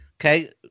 okay